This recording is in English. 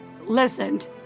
listened